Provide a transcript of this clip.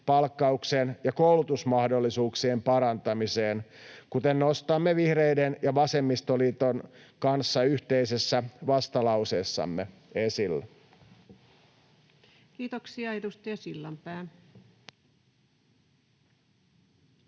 palkkauksen ja koulutusmahdollisuuksien parantamiseen, kuten nostamme vihreiden ja vasemmistoliiton kanssa yhteisessä vastalauseessamme esille. [Speech 146] Speaker: